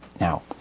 Now